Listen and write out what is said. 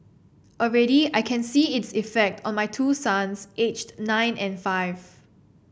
already I can see its effect on my two sons aged nine and five